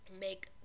make